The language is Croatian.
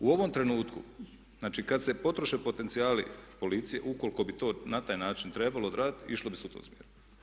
U ovom trenutku, znači kada se potroše potencijali policije, ukoliko bi to na taj način trebalo odraditi išlo bi se u tom smjeru.